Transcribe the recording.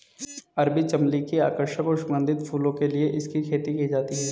अरबी चमली की आकर्षक और सुगंधित फूलों के लिए इसकी खेती की जाती है